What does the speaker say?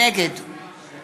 נגד